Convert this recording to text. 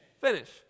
finish